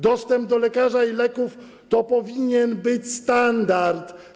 Dostęp do lekarza i leków to powinien być standard.